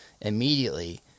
Immediately